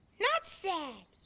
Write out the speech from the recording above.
not sad.